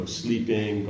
sleeping